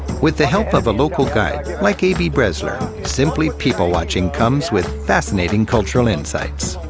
with the help of a local guide, like abie bresler, simply people-watching comes with fascinating cultural insights.